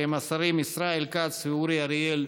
שהם השרים ישראל כץ ואורי אריאל,